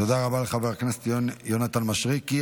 תודה רבה לחבר הכנסת יונתן מישרקי.